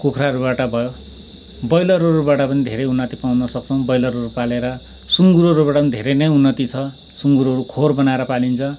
कुखुराहरूबाट भयो ब्रोयलरहरूबाट पनि धेरै उन्नतिहरू पाउनसक्छौँ ब्रोयलरहरू पालेर सुँगुरहरूबाट पनि धेरै नै उन्नति छ सुँगुरहरू खोर बनाएर पालिन्छ